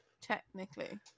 technically